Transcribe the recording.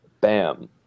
Bam